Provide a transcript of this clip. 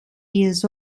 years